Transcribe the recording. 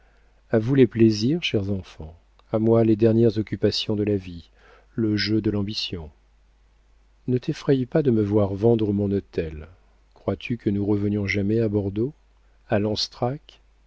vous les plaisirs chers enfants à moi les dernières occupations de la vie le jeu de l'ambition ne t'effraie pas de me voir vendre mon hôtel crois-tu que nous revenions jamais à bordeaux à lanstrac